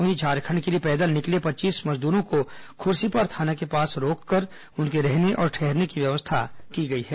वहीं झारखंड के लिए पैदल निकले पच्चीस मजदूरों को खुर्सीपार थाना के पास रोककर उनके रहने और ठहरने की व्यवस्था की गई है